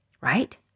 Right